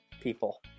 people